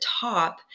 top